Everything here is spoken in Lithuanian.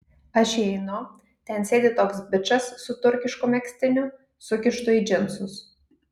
aš įeinu ten sėdi toks bičas su turkišku megztiniu sukištu į džinsus